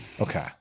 Okay